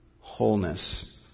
wholeness